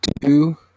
two